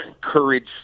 courage